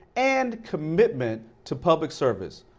and ancommitment to public service.